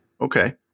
Okay